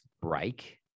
break